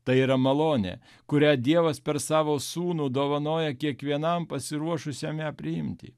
tai yra malonė kurią dievas per savo sūnų dovanoja kiekvienam pasiruošusiam ją priimti